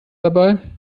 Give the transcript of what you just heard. dabei